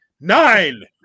Nine